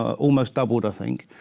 almost doubled i think.